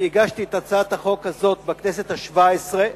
הגשתי את הצעת החוק הזאת בכנסת השבע-עשרה,